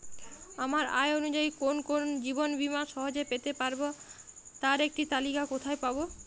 আমার আয় অনুযায়ী কোন কোন জীবন বীমা সহজে পেতে পারব তার একটি তালিকা কোথায় পাবো?